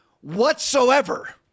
whatsoever